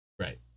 Right